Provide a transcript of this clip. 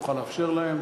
נוכל לאפשר להם.